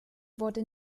wurde